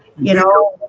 you know,